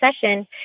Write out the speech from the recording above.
session